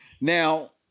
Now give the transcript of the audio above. Now